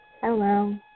Hello